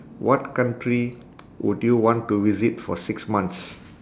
what country would you want to visit for six months